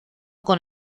con